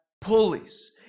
Pulleys